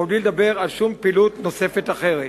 ובלי לדבר על שום פעילות נוספת אחרת.